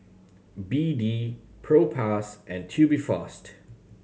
B D Propass and Tubifast